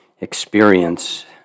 experience